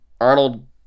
Arnold